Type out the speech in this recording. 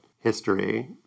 history